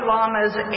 Lama's